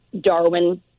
Darwin